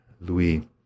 Louis